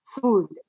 food